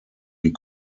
die